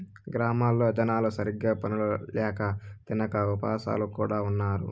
గ్రామాల్లో జనాలు సరిగ్గా పనులు ల్యాక తినక ఉపాసాలు కూడా ఉన్నారు